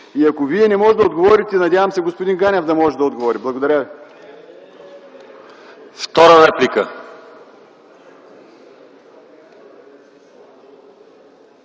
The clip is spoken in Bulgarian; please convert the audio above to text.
Ако Вие не можете да отговорите, надявам се господин Ганев да може да отговори. Благодаря